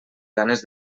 ganes